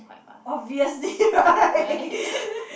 quite fast